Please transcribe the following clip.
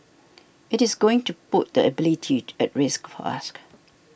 it is going to put that ability at risk for ask